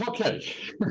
okay